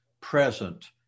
present